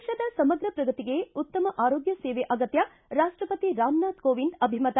ದೇಶದ ಸಮಗ್ರ ಪ್ರಗತಿಗೆ ಉತ್ತಮ ಆರೋಗ್ಯ ಸೇವೆ ಅಗತ್ಯ ರಾಷ್ಟಪತಿ ರಾಮ್ನಾಥ್ ಕೋವಿಂದ್ ಅಭಿಮತ